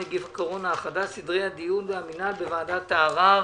נגיף הקורונה החדש)(סדרי הדין והמינהל בוועדת הערר).